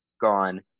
gone